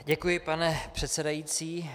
Děkuji, pane předsedající.